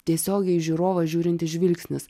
tiesiogiai į žiūrovą žiūrintis žvilgsnis